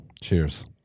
cheers